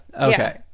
okay